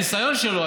הניסיון שלו,